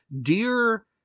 Dear